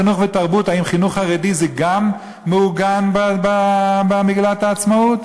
חינוך ותרבות" האם חינוך חרדי גם הוא מעוגן במגילת העצמאות?